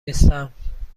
نیستم